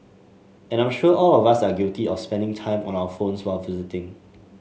and I'm sure all of us are guilty of spending time on our phones while visiting